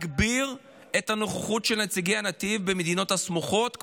להגביר את הנוכחות של נציגי נתיב במדינות הסמוכות,